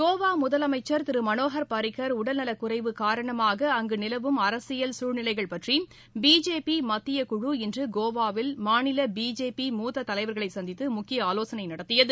கோவா முதலமைச்சா் திரு மனோகா் பாரிக்கா் உடல்நலக்குறைவு காரணமாக அங்கு நிலவும் அரசியல் சூழ்நிலைகள் பற்றி பிஜேபி மத்தியக் குழு இன்று கோவாவில் மாநில பிஜேபி மூத்த தலைவா்களை சந்தித்து முக்கிய ஆலோசனை நடத்தினர்